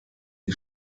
die